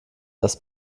das